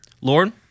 Lord